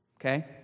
Okay